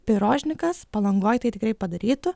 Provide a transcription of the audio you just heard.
pirožnikas palangoj tai tikrai padarytų